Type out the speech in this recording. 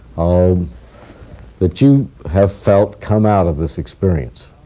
um that you have felt come out of this experience?